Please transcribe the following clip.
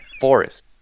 forest